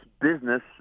business